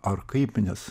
ar kaip nes